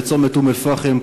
בצומת אום-אלפחם,